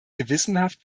gewissenhaft